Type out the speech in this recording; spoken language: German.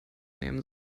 nehmen